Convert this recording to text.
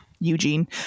eugene